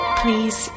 please